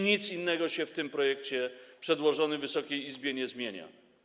Nic innego w tym projekcie przedłożonym Wysokiej Izbie się nie zmienia.